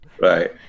Right